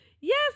Yes